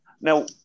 Now